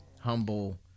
humble